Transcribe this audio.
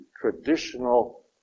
traditional